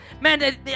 man